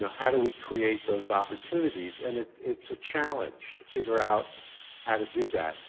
and how do we create those opportunities? and it's a challenge to figure out how to do that.